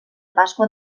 pasqua